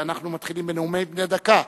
אנחנו מתחילים בנאומים בני דקה.